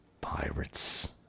Pirates